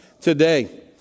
today